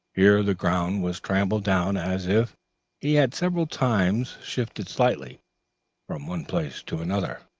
here the ground was trampled down as if he had several times shifted slightly from one place to another.